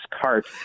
cart